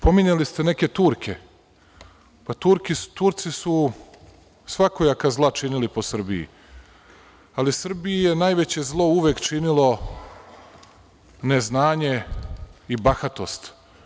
Pominjali ste neke Turke, Turci su svakojaka zla činili po Srbiji, ali Srbiji je najveće zlo uvek činilo neznanje i bahatost.